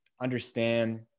understand